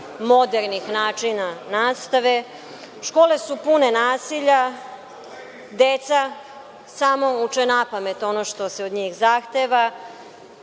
modernih načina nastave. Škole su pune nasilja. Deca samo uče napamet ono što se od njih zahteva. Potrebna